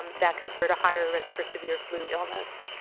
um that conferred a higher risk for severe flu illness.